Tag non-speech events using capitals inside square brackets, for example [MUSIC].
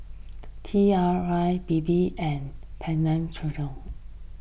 T R I Bebe and Penang [UNINTELLIGIBLE]